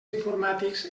informàtics